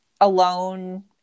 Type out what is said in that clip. alone